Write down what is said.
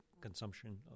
consumption